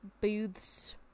booths